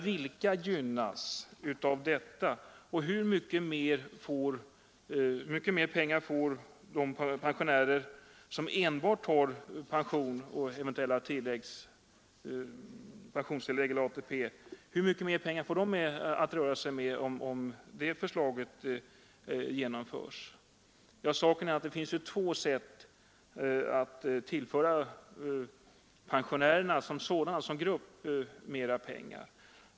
Vilka gynnas av det, och hur mycket mer pengar får de pensionärer som enbart har folkpension och eventuellt pensionstillskott eller ATP att röra sig med om det förslaget genomförs? Saken är den att det finns två sätt att tillföra pensionärerna som grupp mer pengar.